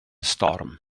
storm